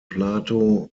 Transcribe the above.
plato